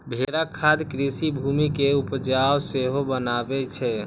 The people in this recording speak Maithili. भेड़क खाद कृषि भूमि कें उपजाउ सेहो बनबै छै